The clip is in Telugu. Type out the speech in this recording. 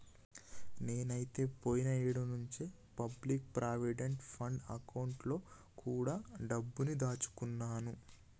నేనైతే పోయిన ఏడు నుంచే పబ్లిక్ ప్రావిడెంట్ ఫండ్ అకౌంట్ లో కూడా డబ్బుని దాచుకున్నాను